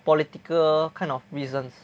political kind of reasons